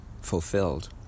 fulfilled